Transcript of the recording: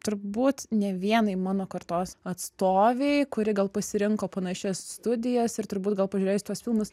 turbūt ne vienai mano kartos atstovei kuri gal pasirinko panašias studijas ir turbūt gal pažiūrėjus tuos filmus